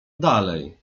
dalej